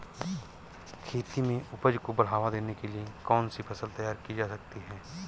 खेती में उपज को बढ़ावा देने के लिए कौन सी फसल तैयार की जा सकती है?